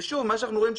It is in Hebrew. מה שאנחנו רואים,